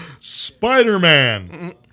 Spider-Man